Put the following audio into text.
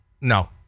No